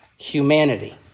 humanity